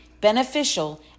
beneficial